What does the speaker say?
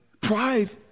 Pride